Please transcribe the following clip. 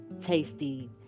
tasty